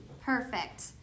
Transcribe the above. perfect